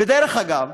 ודרך אגב,